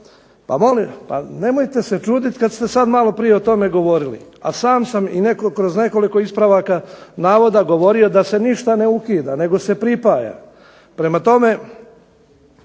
Ma molim, nemojte se čuditi kad ste sad maloprije o tome govorili, a sam sam kroz nekoliko ispravaka navoda govorio da se ništa ne ukida nego se pripaja. Prema tome,